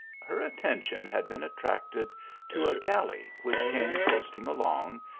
her attention had been attracted to a galley, which came coasting along,